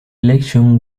election